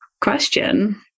question